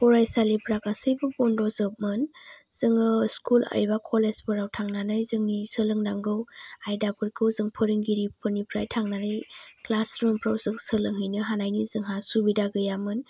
फरायसालिफ्रा गासैबो बन्द' जोबमोन जोङो स्कुल एबा कलेजफ्राव थांनानै जोंनि सोलोंनांगौ आयदाफोरखौ जों फोरोंगिरिफोरनिफ्राय थांनानै क्लास रुमफ्राव थांनानै जों सोलोंहैनो हानाय जोंहा सुबिदा गैयामोन